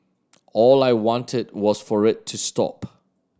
all I wanted was for it to stop